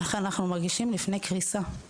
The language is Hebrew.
אך אנחנו מרגישים שאנחנו לפני קריסה.